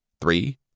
Three